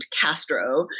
Castro